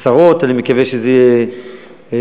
עשרות, אני מקווה שזה יהיה עשרות-אלפים,